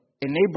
enable